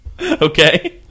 Okay